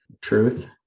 truth